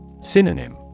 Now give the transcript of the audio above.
Synonym